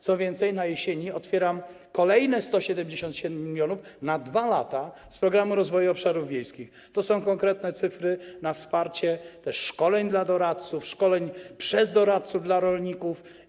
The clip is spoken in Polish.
Co więcej, na jesieni otwieram kolejne 177 mln na 2 lata z Programu Rozwoju Obszarów Wiejskich - to są konkretne liczby - na wsparcie szkoleń dla doradców, szkoleń prowadzonych przez doradców dla rolników.